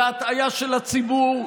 בהטעיה של הציבור,